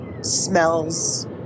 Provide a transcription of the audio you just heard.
smells